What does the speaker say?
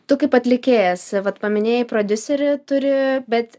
tu kaip atlikėjas vat paminėjai prodiuserį turi bet